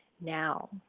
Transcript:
now